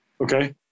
Okay